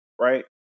right